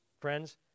Friends